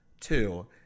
Two